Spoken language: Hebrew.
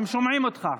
הם שומעים אותך.